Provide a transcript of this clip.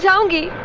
so monkey.